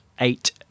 eight